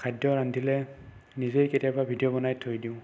খাদ্য ৰান্ধিলে নিজেই কেতিয়াবা ভিডিঅ' বনাই থৈ দিওঁ